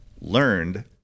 learned